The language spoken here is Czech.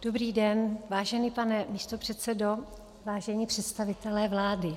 Dobrý den, vážený pane místopředsedo, vážení představitelé vlády.